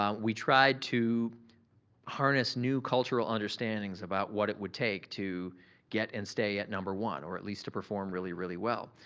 um we tried to harness new cultural understandings about what it would take to get and stay at number one or at least to perform really, really well.